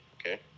okay